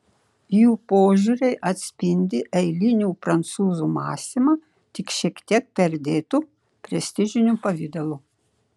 jų požiūriai atspindi eilinių prancūzų mąstymą tik šiek tiek perdėtu prestižiniu pavidalu